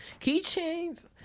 Keychains